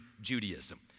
Judaism